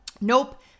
Nope